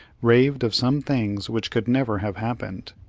raved of some things which could never have happened.